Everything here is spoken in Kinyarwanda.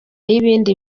y’ibindi